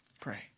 Pray